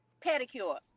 pedicure